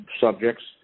Subjects